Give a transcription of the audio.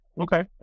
Okay